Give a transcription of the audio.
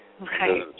Right